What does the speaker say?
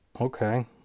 Okay